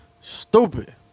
Stupid